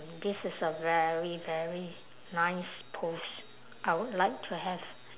this is a very very nice pose I would like to have